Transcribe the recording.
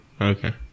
Okay